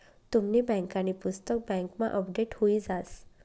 तुमनी बँकांनी पुस्तक बँकमा अपडेट हुई जास